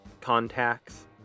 contacts